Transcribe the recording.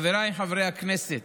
חבריי חברי הכנסת,